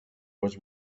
was